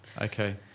Okay